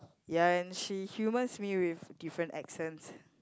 ya and she humours me with different accents